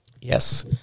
Yes